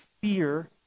fear